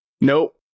Nope